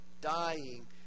dying